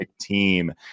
team